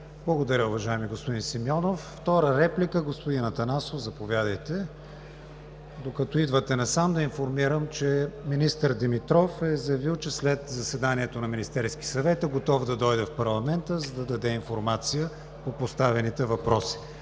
Благодаря, уважаеми господин Симеонов. Заповядайте за втора реплика, господин Атанасов. Докато идвате насам, да информирам, че министър Димитров е заявил, че след заседанието на Министерския съвет е готов да дойде в парламента, за да даде информация по поставените въпроси.